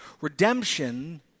Redemption